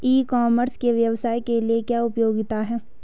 ई commerce के व्यवसाय के लिए क्या उपयोगिता है?